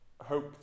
hope